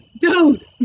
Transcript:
Dude